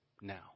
now